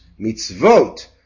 mitzvot